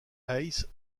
hayes